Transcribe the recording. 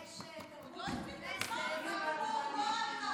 יש תרבות של כנסת, עוד לא הפעיל,